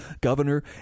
governor